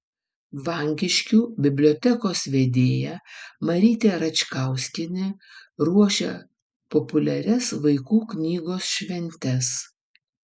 vankiškių bibliotekos vedėja marytė račkauskienė ruošia populiarias vaikų knygos šventes